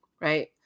Right